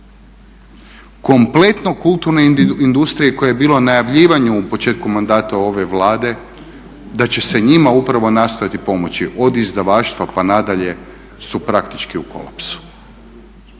Kompletno kulturne industrije koje je bilo najavljivanje u početku mandata ove Vlade, da će se njima upravo nastojati pomoći, od izdavaštva pa nadalje su praktički u kolapsu.